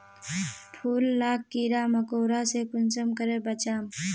फूल लाक कीड़ा मकोड़ा से कुंसम करे बचाम?